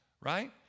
right